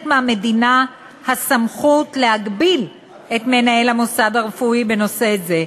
מהמדינה הסמכות להגביל את מנהל המוסד הרפואי בנושא זה.